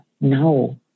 No